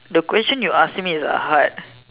the questions you ask me are hard